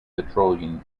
petroleum